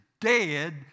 dead